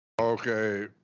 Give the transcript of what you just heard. Okay